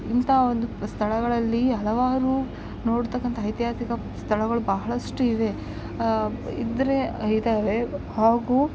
ಇಂತಹ ಒಂದು ಸ್ಥಳಗಳಲ್ಲಿ ಹಲವಾರು ನೊಡ್ತಕ್ಕಂತಹ ಐತಿಹಾಸಿಕ ಸ್ಥಳಗಳು ಬಹಳಷ್ಟು ಇವೆ ಇದ್ದರೆ ಇದಾವೆ ಹಾಗು